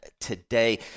today